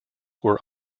were